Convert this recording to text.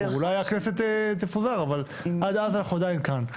אולי הכנסת תפוזר, אבל עד אז אנחנו עדיין כאן.